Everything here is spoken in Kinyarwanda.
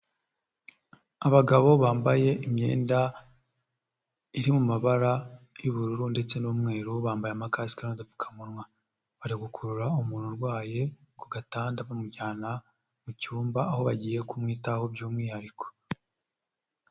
Abagabo bambaye imyenda iri mu mabara y'ubururu ndetse n'umweru bambaye amakasike n'agapfukamunwa, bari gukurura umuntu urwaye ku gatanda bamujyana mu cyumba aho bagiye kumwitaho by'umwihariko.